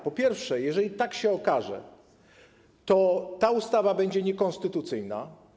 Po pierwsze, jeżeli tak się okaże, to ta ustawa będzie niekonstytucyjna.